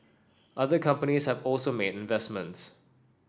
other companies have also made investments